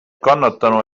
kannatanu